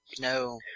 No